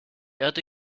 erde